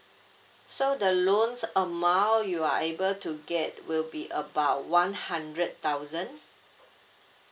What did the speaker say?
so the loans amount you are able to get will be about one hundred thousand